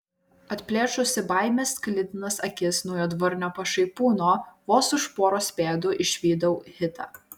atplėšusi baimės sklidinas akis nuo juodvarnio pašaipūno vos už poros pėdų išvydau hitą